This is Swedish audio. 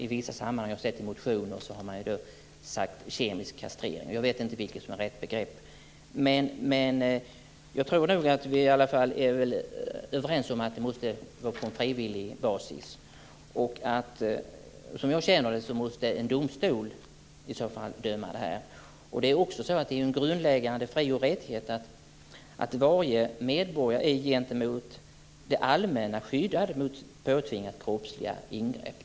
I vissa sammanhang i motioner har man talat om kemisk kastrering. Jag vet inte vilket som är rätt begrepp, men jag tror att vi är överens om att det måste ske på frivillig basis. Som jag känner det måste en domstol i så fall döma ut det. Det är också en grundläggande fri och rättighet att varje medborgare är gentemot det allmänna skyddad mot påtvingade kroppsliga ingrepp.